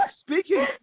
speaking –